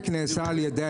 סגן שר